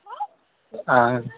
اَہن حظ